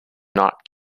not